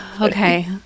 Okay